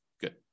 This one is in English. Good